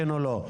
כן או לא.